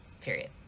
period